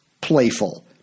playful